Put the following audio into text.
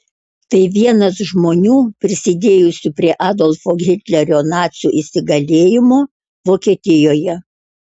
tai vienas žmonių prisidėjusių prie adolfo hitlerio nacių įsigalėjimo vokietijoje